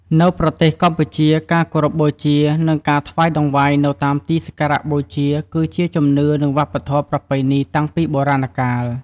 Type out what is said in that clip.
នៅប្រទេសកម្ពុជា ការគោរពបូជា និងការថ្វាយតង្វាយនៅតាមទីសក្ការៈបូជា គឺជាជំនឿ និងវប្បធម៌ប្រពៃណីតាំងពីបុរាណកាល។